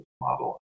model